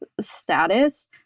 status